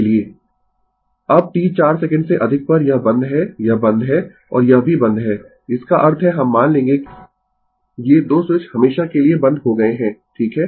Refer Slide Time 2558 अब t 4 second से अधिक पर यह बंद है यह बंद है और यह भी बंद है इसका अर्थ है हम मान लेंगें ये 2 स्विच हमेशा के लिए बंद हो गए है ठीक है